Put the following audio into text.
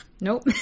Nope